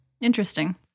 Interesting